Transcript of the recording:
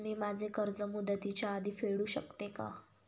मी माझे कर्ज मुदतीच्या आधी फेडू शकते का?